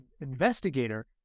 investigator